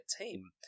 team